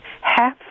half